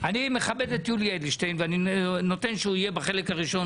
אני מכבד את יולי אדלשטיין ואני נותן שהוא יהיה בחלק הראשון,